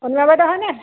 অনিমা বাইদেউ হয়নে